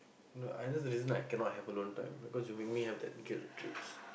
no I just reason I cannot have alone time because you make me have that guilt trips